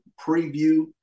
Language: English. preview